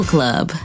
Club